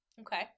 Okay